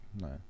no